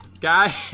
guy